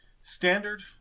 Standard